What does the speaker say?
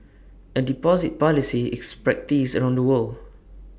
A deposit policy is practised around the world